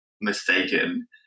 mistaken